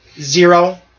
Zero